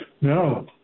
No